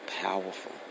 powerful